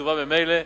הקצובה ממילא,